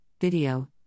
video